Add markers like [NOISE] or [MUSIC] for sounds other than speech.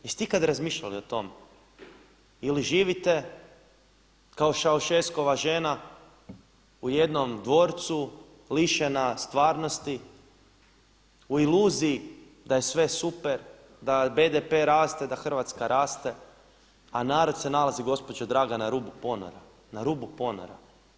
Jeste li ikada razmišljali o tome ili živite kao … [UNINTELLIGIBLE] žena u jednom dvorcu lišena stvarnosti, u iluziji da je sve super, da BDP raste, da Hrvatska raste a narod se nalazi gospođo draga na rubu ponora, na rubu ponora.